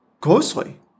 closely